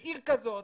בעיר כזאת